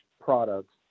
products